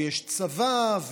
ויש צבא,